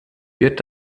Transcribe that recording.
wird